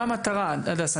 מה המטרה, הדס?